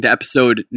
episode